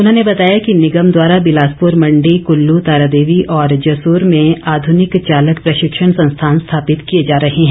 उन्होंने बताया कि निगम द्वारा बिलासप्र मंडी कुल्लू तारादेवी और जसूर में आध्रनिक चालिक प्रशिक्षण संस्थान स्थापित किए जा रहे हैं